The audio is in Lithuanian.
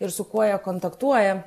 ir su kuo jie kontaktuoja